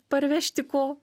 parvežti ko